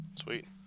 Sweet